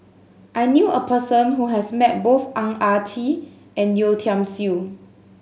I knew a person who has met both Ang Ah Tee and Yeo Tiam Siew